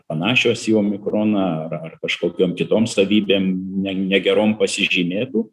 panašios į omikroną ar ar kažkokiom kitom savybėm ne negerom pasižymėtų